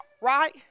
right